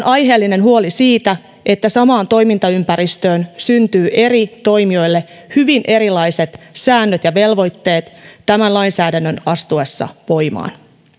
aiheellinen huoli siitä että samaan toimintaympäristöön syntyy eri toimijoille hyvin erilaiset säännöt ja velvoitteet tämän lainsäädännön astuessa voimaan